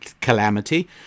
calamity